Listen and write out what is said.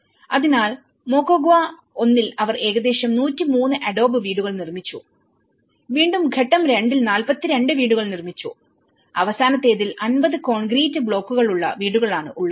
അതിനാൽമോക്വഗുവഒന്നിൽ അവർ ഏകദേശം 103 അഡോബ് വീടുകൾ നിർമ്മിച്ചു വീണ്ടും ഘട്ടം രണ്ടിൽ 42 വീടുകൾ നിർമ്മിച്ചു അവസാനത്തേതിൽ 50 കോൺക്രീറ്റ് ബ്ലോക്കുകളുള്ളവീടുകളാണ് ഉള്ളത്